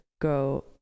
go